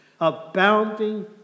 Abounding